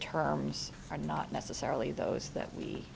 terms are not necessarily those that we